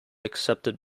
accepted